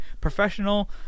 professional